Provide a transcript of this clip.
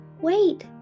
Wait